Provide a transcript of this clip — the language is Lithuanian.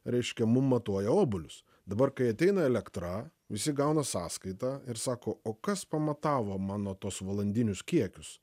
reiškia mum matuoja obuolius dabar kai ateina elektra visi gauna sąskaitą ir sako o kas pamatavo mano tuos valandinius kiekius